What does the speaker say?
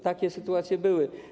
Takie sytuacje były.